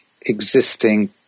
existing